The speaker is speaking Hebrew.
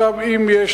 אם,